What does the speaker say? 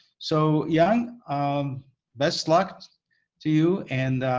so yang, um best luck to you, and